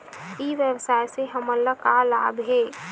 ई व्यवसाय से हमन ला का लाभ हे?